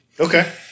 Okay